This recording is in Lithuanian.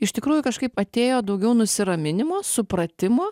iš tikrųjų kažkaip atėjo daugiau nusiraminimo supratimo